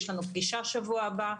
יש לנו פגישה בשבוע הבא.